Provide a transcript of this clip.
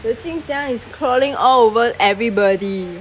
that jing xiang is crawling all over everybody